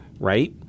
right